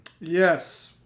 Yes